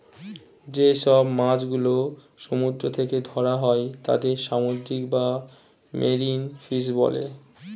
যে সব মাছ গুলো সমুদ্র থেকে ধরা হয় তাদের সামুদ্রিক বা মেরিন ফিশ বলে